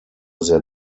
sehr